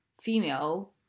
female